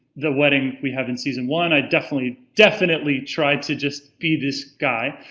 the wedding we have in season one, i definitely, definitely tried to just be this guy.